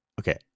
okay